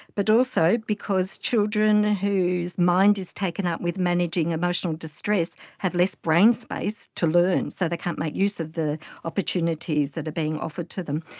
but also because children whose mind is taken up with managing emotional distress have less brain space to learn, so they can't make use of the opportunities that are being offered to them.